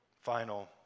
final